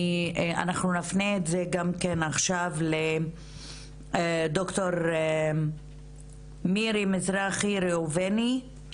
אנחנו נפנה את זה גם כן עכשיו לדוקטור מירי מזרחי ראובני,